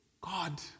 God